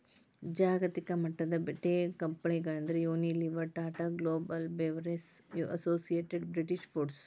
ಜಾಗತಿಕಮಟ್ಟದ ಟೇಕಂಪೆನಿಗಳಂದ್ರ Unilever, Tata Global Beverages, Associated British foods